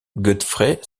godfrey